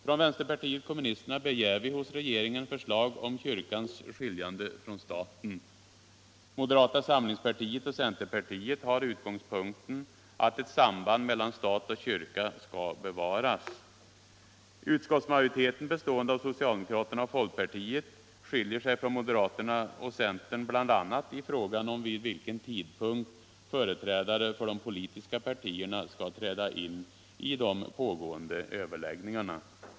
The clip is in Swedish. Från vänsterpartiet kommunisterna begär vi hos regeringen förslag om kyrkans skiljande från staten. Moderata samlingspartiet och centerpartiet har utgångspunkten att ett samband mellan stat och kyrka skall bevaras. Utskottsmajoriteten, bestående av socialdemokraterna och folkpartiet, skiljer sig från moderaterna och centern bl.a. i frågan om vid vilken tidpunkt företrädare för de politiska partierna skall träda in i de pågående överläggningarna.